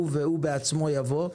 הוא והוא בעצמו יבוא,